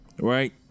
right